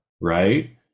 right